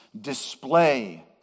display